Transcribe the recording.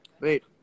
Wait